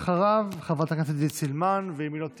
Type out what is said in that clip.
אחריו, חברת הכנסת עידית סילמן, ואם היא לא תהיה,